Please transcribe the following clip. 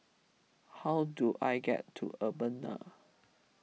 how do I get to Urbana